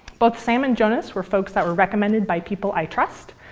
both sam and jonas were folks that were recommended by people i trust.